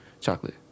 Chocolate